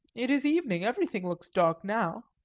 it is evening everything looks dark now.